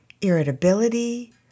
Irritability